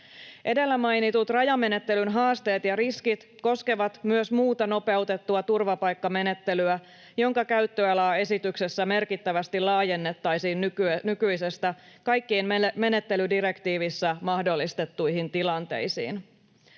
Edellä mainitut rajamenettelyn haasteet ja riskit koskevat myös muuta nopeutettua turvapaikkamenettelyä, jonka käyttöalaa esityksessä merkittävästi laajennettaisiin nykyisestä kaikkiin menettelydirektiivissä mahdollistettuihin tilanteisiin.